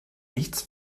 nichts